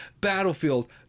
battlefield